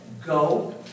go